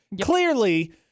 Clearly